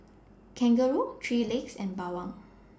Kangaroo three Legs and Bawang